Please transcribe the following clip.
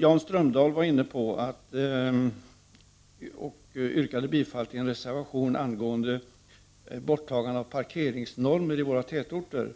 Jan Strömdahl yrkade bifall till en reservation angående borttagande av parkeringsnormer i våra tätorter.